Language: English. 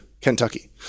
Kentucky